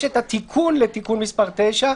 יש את התיקון לתיקון מס' 9,